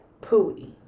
Pooey